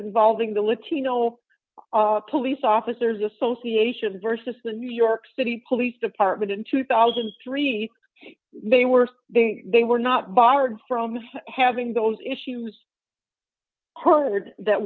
involving the latino police officers association versus the new york city police department in two thousand and three they were they they were not barred from having those issues heard that